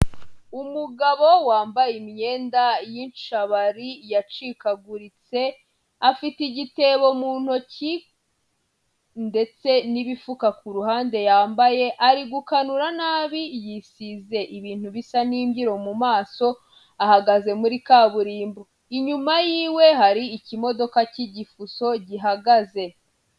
Umugabo wambaye imyenda y'icabari yacikaguritse, afite igitebo mu ntoki ndetse n'ibifuka ku ruhande yambaye, ari gukanura nabi yisize ibintu bisa n'imbyiro mu maso, ahagaze muri kaburimbo inyuma ye hari ikimodoka cy'igifuso gihagaze.